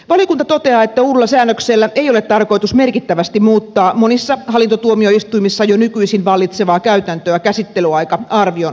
valiokunta toteaa että uudella säännöksellä ei ole tarkoitus merkittävästi muuttaa monissa hallintotuomioistuimissa jo nykyisin vallitsevaa käytäntöä käsittelyaika arvion antamisesta